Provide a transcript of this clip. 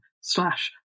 slash